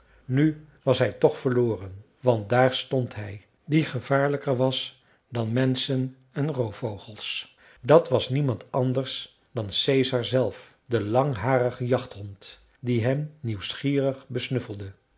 nu was hij toch verloren want daar stond hij die gevaarlijker was dan menschen en roofvogels dat was niemand anders dan caesar zelf de langharige jachthond die hem nieuwsgierig besnuffelde